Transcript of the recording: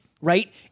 right